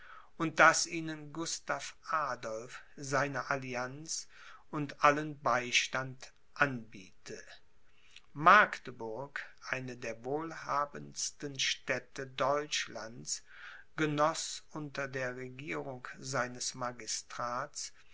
und daß ihnen gustav adolph seine allianz und allen beistand anbiete magdeburg eine der wohlhabendsten städte deutschlands genoß unter der regierung seines magistrats